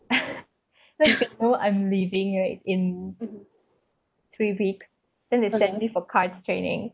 you know I'm leaving right in three weeks then they send me for cards training